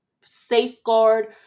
safeguard